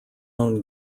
own